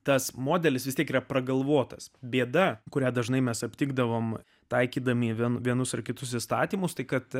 tas modelis tikrai pragalvotas bėda kurią dažnai mes aptikdavome taikydami vien vienus ar kitus įstatymus tai kad